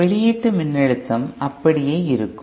வெளியீட்டு மின்னழுத்தம் அப்படியே இருக்கும்